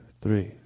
three